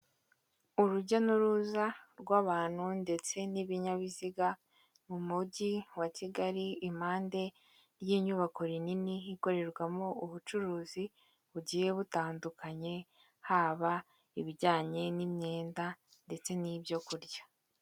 Urujya n'uruza rw'abantu ndetse n'ibinyabiziga mu mujyi wa Kigali, impande y'inyubako rinini ikorerwamo ubucuruzi bugiye butandukanye, haba ibijyanye n'imyenda ndetse n'ibyo kurya.